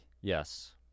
Yes